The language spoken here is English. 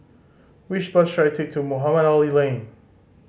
which bus should I take to Mohamed Ali Lane